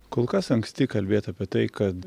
kol kas anksti kalbėt apie tai kad